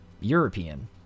European